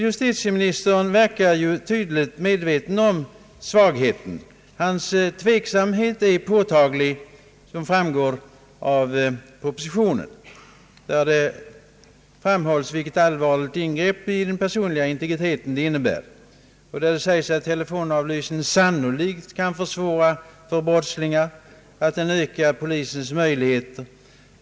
Justitieministern verkar tydligt medveten om svagheten. Hans tveksamhet är påtaglig, något som framgår av propositionen där det framhålles vilket allvarligt ingrepp i den personliga integriteten som förslaget innebär och där det sägs att telefonavlyssning sannolikt kan försvåra dessa brottslingars verk samhet och öka polisens möjligheter.